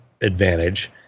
advantage